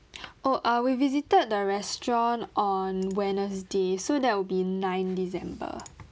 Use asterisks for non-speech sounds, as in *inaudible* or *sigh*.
*breath* oh uh we visited the restaurant on wednesday so that'll be nine december